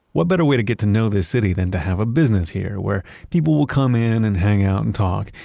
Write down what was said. what better way to get to know this city than to have a business here, where people will come in and hang out and talk?